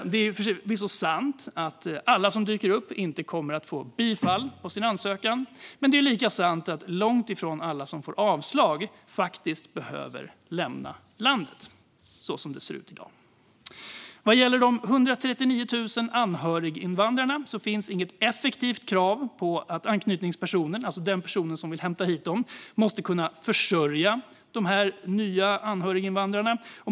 Det är förvisso sant att alla som dyker upp inte kommer att få bifall, men som det ser ut i dag är det lika sant att långt ifrån alla som får avslag faktiskt behöver lämna landet. Vad gäller de 139 000 anhöriginvandrarna finns det inget effektivt krav på att anknytningspersonen, alltså den som vill hämta hit dem, måste kunna försörja dessa nya invandrare.